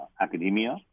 academia